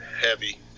heavy